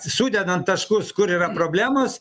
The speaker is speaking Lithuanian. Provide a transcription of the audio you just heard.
sudedant taškus kur yra problemos